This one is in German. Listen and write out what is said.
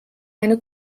eine